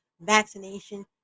vaccination